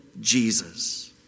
Jesus